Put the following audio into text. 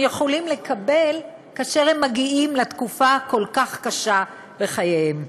יכולים לקבל כאשר הם מגיעים לתקופה הכל-כך קשה בחייהם.